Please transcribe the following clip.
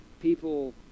People